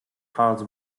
piles